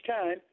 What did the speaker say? time